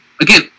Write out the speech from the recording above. Again